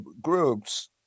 groups